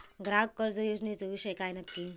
ग्राहक कर्ज योजनेचो विषय काय नक्की?